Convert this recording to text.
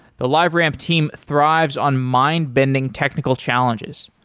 the liveramp team thrives on mind-bending technical challenges.